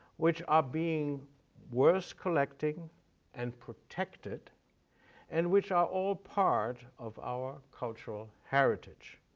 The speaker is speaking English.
which are being worth collecting and protected and which are all part of our cultural heritage,